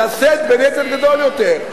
לשאת בנטל גדול יותר.